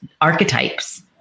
archetypes